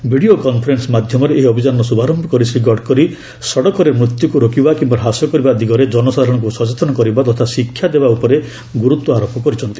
video conference ମାଧ୍ୟମରେ ଏହି ଅଭିଯାନର ଶୁଭାରୟ କରି ଶ୍ରୀ ଗଡ଼କରୀ ସଡ଼କରେ ମୃତ୍ୟୁକୁ ରୋକିବା କିମ୍ବା ହ୍ରାସ କରିବା ଦିଗରେ ଜନସାଧାରଣଙ୍କୁ ସଚେତନ କରିବା ତଥା ଶିକ୍ଷା ଦେବା ଉପରେ ଗୁରୁତ୍ୱାରୋପ କରିଛନ୍ତି